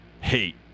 Hate